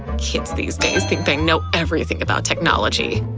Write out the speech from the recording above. kids these days think they know everything about technology.